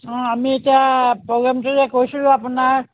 অ' আমি এতিয়া প্ৰগ্ৰেমটো যে কৰিছিলোঁ আপোনাৰ